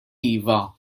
iva